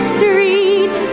Street